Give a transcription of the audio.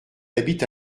habite